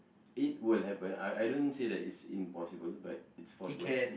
it will happen I I don't say that it's impossible but it's possible